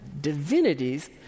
divinities